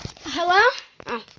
Hello